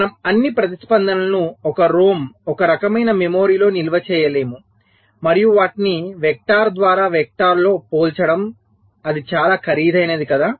మనం అన్ని ప్రతిస్పందనలను ఒక ROM ఒక రకమైన మెమరీలో నిల్వ చేయలేము మరియు వాటిని వెక్టార్ ద్వారా వెక్టర్తో పోల్చండి అది చాలా ఖరీదైనది కదా